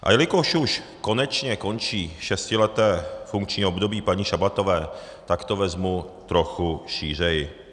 A jelikož už konečně končí šestileté funkční období paní Šabatové, tak to vezmu trochu šířeji.